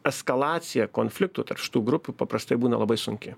eskalacija konfliktų tarp šitų grupių paprastai būna labai sunki